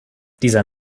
dieser